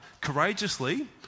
courageously